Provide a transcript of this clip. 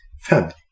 family